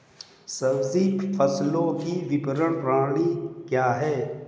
सब्जी फसलों की विपणन प्रणाली क्या है?